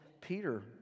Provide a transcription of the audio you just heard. Peter